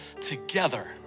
together